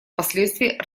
последствий